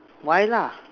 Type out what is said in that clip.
why lah